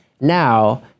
now